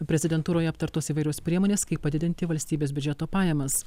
prezidentūroje aptartos įvairios priemonės kaip padidinti valstybės biudžeto pajamas